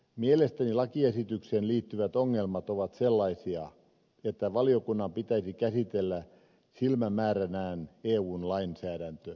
mielestäni lakiesitykseen liittyvät ongelmat ovat sellaisia että valiokunnan pitäisi käsitellä silmämääränään eun lainsäädäntö